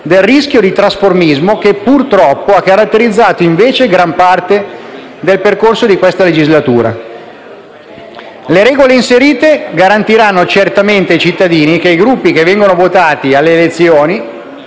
del rischio di trasformismo, che - purtroppo - ha caratterizzato gran parte del percorso di questa legislatura. Le regole previste garantiranno certamente ai cittadini che i Gruppi che vengono votati alle elezioni